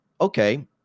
okay